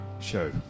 show